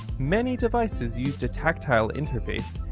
many devices used a tactile interface,